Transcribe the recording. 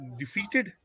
defeated